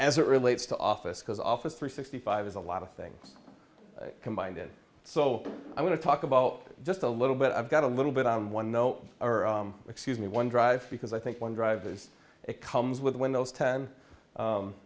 as it relates to office because office three sixty five is a lot of things combined it so i want to talk about just a little bit i've got a little bit on one no excuse me one drive because i think one drivers it comes with windows ten